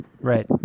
Right